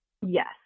Yes